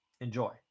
Enjoy